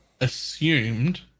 assumed